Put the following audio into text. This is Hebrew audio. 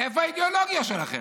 איפה האידיאולוגיה שלכם,